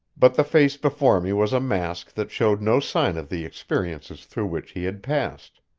but the face before me was a mask that showed no sign of the experiences through which he had passed.